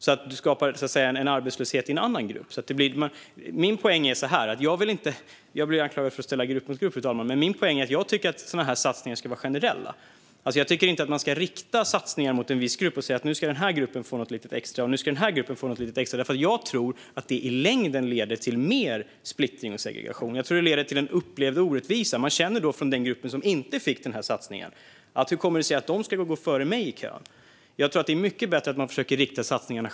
Man skapar så att säga en arbetslöshet i en annan grupp. Jag blir anklagad för att ställa grupp mot grupp, fru talman, men min poäng är att jag tycker att sådana satsningar ska vara generella. Jag tycker inte att man ska rikta satsningar mot en viss grupp och säga: Nu ska den här gruppen få något litet extra. Jag tror att det i längden leder till mer splittring och segregation. Jag tror att det leder till en upplevd orättvisa. Man undrar då i den grupp som inte fick satsningen: Hur kommer det sig att de ska gå före mig i kön? Jag tror att det är mycket bättre att man försöker ha generella satsningar.